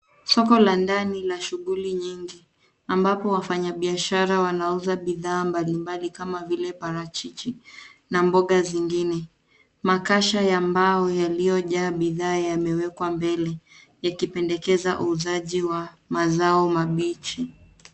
Soko la ndani la shughuli nyingi ambapo wafanyabiashara wanauza bidhaa mbalimbali kama vile parachichi na mboga zingine. Makasha ya mbao yaliyojaa bidhaa yamewekwa mbele yakipendekeza uuzaji wa mazao mabichi.